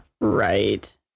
right